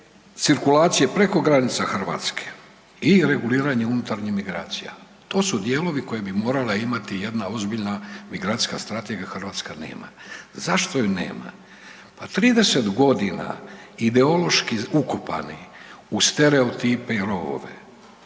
cirkulacije preko granice Hrvatske i reguliranje unutarnjih migracija. To su dijelovi koje bi morala imati jedna ozbiljna migracijska strategija, a Hrvatska nema. Zašto je nema? Pa 30 godina ideološki ukopani u stereotipe i rovove